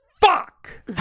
Fuck